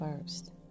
first